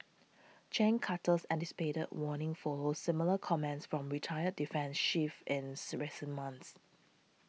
Gen Carter's anticipated warning follows similar comments from retired defence chiefs ins recent months